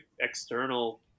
external